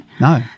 no